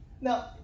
Now